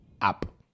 up